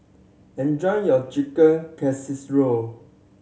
enjoy your Chicken Casserole